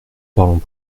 parlons